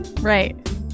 Right